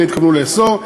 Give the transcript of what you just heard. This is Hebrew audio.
אכן התכוונו לאסור.